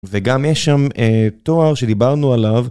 וגם יש שם תואר שדיברנו עליו.